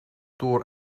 door